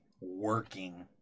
working